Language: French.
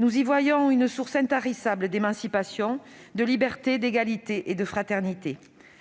Nous y voyons une source intarissable d'émancipation, de liberté, d'égalité et de fraternité.